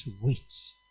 waits